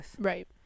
Right